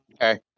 Okay